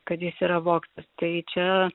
kad jis yra vogtas tai čia